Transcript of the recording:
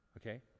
Okay